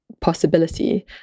possibility